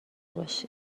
باشی